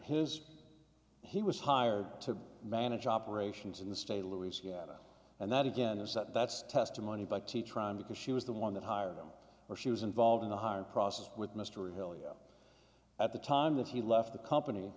his he was hired to manage operations in the state of louisiana and that again is that's testimony by t trying because she was the one that hired them or she was involved in the hiring process with mr really at the time that he left the company